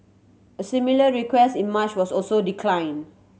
a similar request in March was also declined